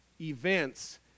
events